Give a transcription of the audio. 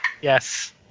Yes